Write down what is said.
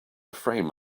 frame